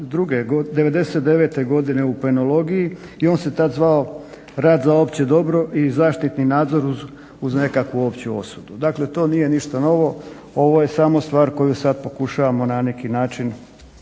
'99.godine u penelogiji i on se tada zvao rad za opće dobro i zaštitni nadzor uz nekakvu opću osudu dakle to nije ništa novo. Ovo je samo stvar koju pokušavamo na neki način